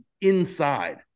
inside